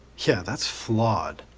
yeah, that's flawed.